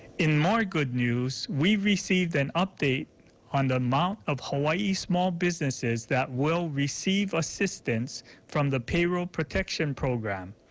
in more good news, we have received an update on the amount of hawaii small businesses that will receive assistance from the payroll protection program.